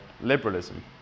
liberalism